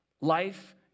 Life